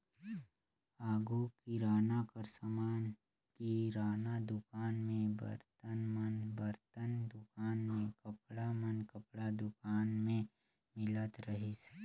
आघु किराना कर समान किराना दुकान में, बरतन मन बरतन दुकान में, कपड़ा मन कपड़ा दुकान में मिलत रहिस